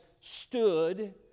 stood